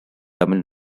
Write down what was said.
tamil